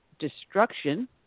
destruction